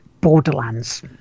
Borderlands